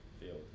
field